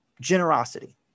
generosity